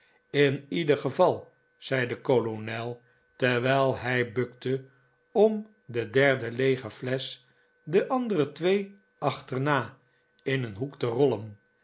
in ieder geval zei de kolonel terwijl hij bukte om de derde leege flesch de andere twee achterna in een hoek te rollen